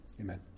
Amen